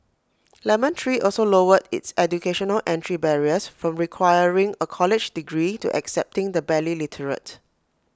lemon tree also lowered its educational entry barriers from requiring A college degree to accepting the barely literate